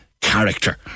character